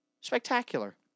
Spectacular